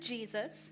Jesus